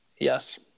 Yes